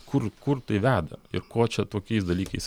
kur kur tai veda ir ko čia tokiais dalykais